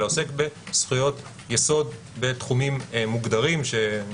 אלא עוסק בזכויות יסוד בתחומים מוגדרים שאני